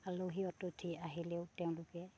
আলহী অতিথি আহিলেও তেওঁলোকে